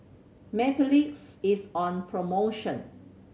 Mepilex is on promotion